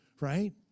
right